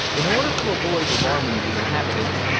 in order to avoid alarming the inhabitants,